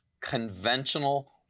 conventional